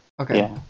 Okay